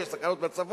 ויש סכנות בצפון,